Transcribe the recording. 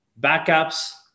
backups